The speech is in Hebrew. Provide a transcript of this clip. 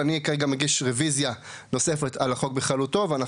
אני כרגע מגיש רוויזיה נוספת על החוק בכללותו ואנחנו